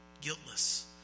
guiltless